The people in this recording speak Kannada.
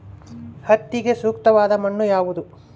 ಹತ್ತಿಗೆ ಸೂಕ್ತವಾದ ಮಣ್ಣು ಯಾವುದು?